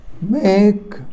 Make